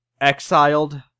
exiled